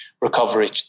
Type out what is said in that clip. recovery